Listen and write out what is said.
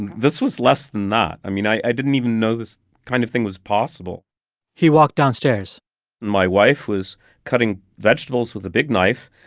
and this was less than that. i mean, i didn't even know this kind of thing was possible he walked downstairs and my wife was cutting vegetables with a big knife.